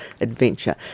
adventure